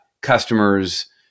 customers